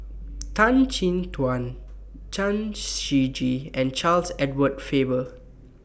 Tan Chin Tuan Chen Shiji and Charles Edward Faber